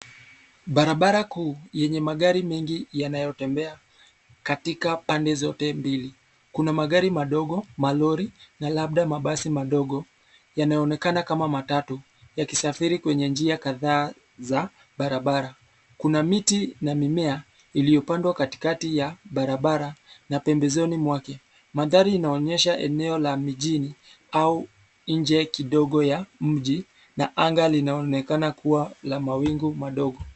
Barabara kuu yenye magari mengi yanayotembea katika pande zote mbili. Kuna magari madogo, malori na labda mabasi madogo yanayoonekana kama matatu yakisafiri kwenye njia kadhaa za barabara. Kuna miti na mimea iliyopandwa katikati ya barabara na pembezoni mwake. Mandhari inaonyesha eneo la mijini au nje kidogo ya mji na anga linaonekana kuwa na mawingu madogo.